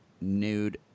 nude